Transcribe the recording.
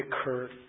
occurred